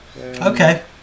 Okay